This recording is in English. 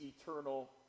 eternal